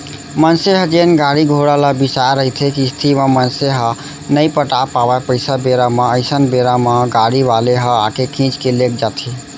मनसे ह जेन गाड़ी घोड़ा ल बिसाय रहिथे किस्ती म मनसे ह नइ पटा पावय पइसा बेरा म अइसन बेरा म गाड़ी वाले ह आके खींच के लेग जाथे